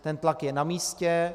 Ten tlak je namístě.